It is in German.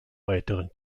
weiteren